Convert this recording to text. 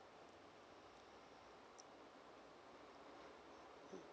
mm